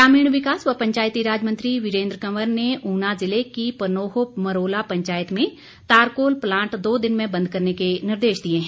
ग्रामीण विकास व पंचायती राज मंत्री वीरेन्द्र कंवर ने ऊना ज़िले की पनोह मरोला पंचायत में तारकोल प्लांट दो दिन में बंद करने के निर्देश दिए हैं